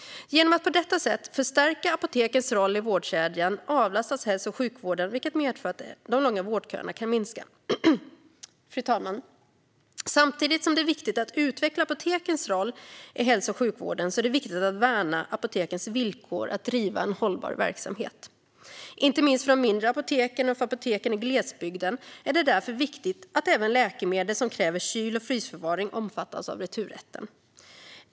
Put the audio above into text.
Genom att på detta sätt förstärka apotekens roll i vårdkedjan avlastas hälso och sjukvården, vilket medför att de långa vårdköerna kan minska. Fru talman! Samtidigt som det är viktigt att utveckla apotekens roll i hälso och sjukvården är det viktigt att värna apotekens villkor för att driva en hållbar verksamhet. Inte minst för de mindre apoteken och för apoteken i glesbygden är det därför viktigt att även läkemedel som kräver kyl och frysförvaring omfattas av returrätten.